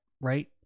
right